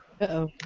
Uh-oh